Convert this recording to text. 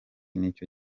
nicyo